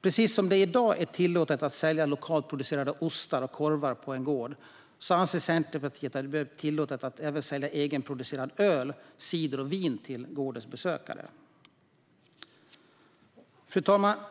Precis som det i dag är tillåtet att sälja lokalt producerade ostar och korvar på en gård anser Centerpartiet att det bör vara tillåtet att även sälja egenproducerat öl och vin och egenproducerad cider till gårdens besökare. Fru talman!